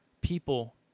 people